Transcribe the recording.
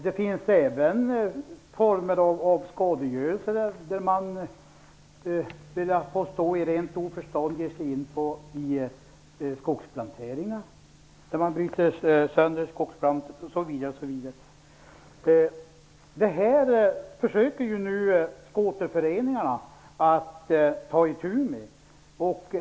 Det finns även olika former av skadegörelse, när man i rent oförstånd ger sig in i skogsplanteringar och bryter sönder skogsplantor osv. Nu försöker skoterföreningarna att ta itu med detta.